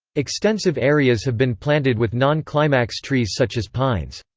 extensive areas have been planted with non-climax trees such as pines.